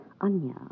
Anya